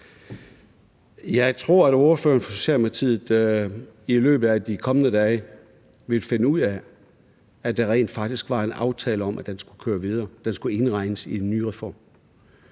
Jeg tror, at ordføreren for Socialdemokratiet i løbet af de kommende dage vil finde ud af, at der rent faktisk var en aftale om, at det skulle køre videre, at det skulle indregnes i den nye reform.